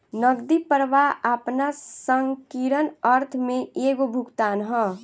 नगदी प्रवाह आपना संकीर्ण अर्थ में एगो भुगतान ह